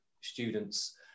students